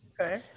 Okay